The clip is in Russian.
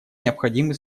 необходимы